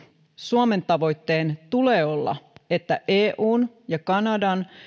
suomen tavoitteen tulee olla että eun ja kanadan